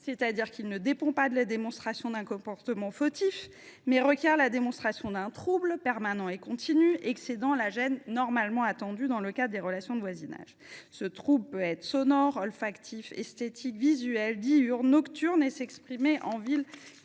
objective, qui ne dépend pas de la démonstration d’un comportement fautif, mais qui requiert la démonstration d’un trouble permanent et continu, excédant la gêne normalement attendue dans le cadre des relations de voisinage. Celui ci peut être sonore, olfactif, esthétique, visuel, diurne, nocturne et s’exprimer en ville